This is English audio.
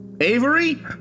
Avery